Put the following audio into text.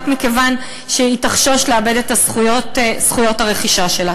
מכיוון שהיא תחשוש לאבד את זכויות הרכישה שלה.